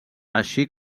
així